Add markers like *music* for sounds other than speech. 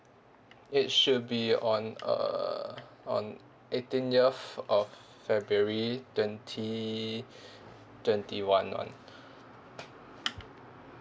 it should be on uh on eighteenth of february twenty *breath* twenty one [one]